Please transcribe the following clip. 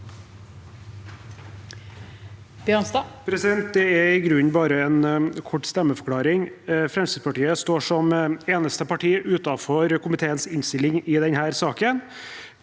Dette er i grun- nen bare en kort stemmeforklaring. Fremskrittspartiet står som eneste parti utenfor komiteens innstilling i saken.